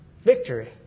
Victory